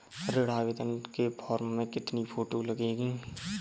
ऋण आवेदन के फॉर्म में कितनी फोटो लगेंगी?